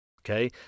Okay